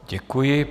Děkuji.